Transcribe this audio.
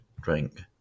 drink